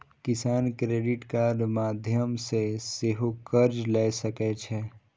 किसान क्रेडिट कार्डक माध्यम सं सेहो कर्ज लए सकै छै